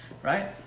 Right